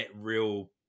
real